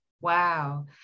Wow